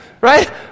Right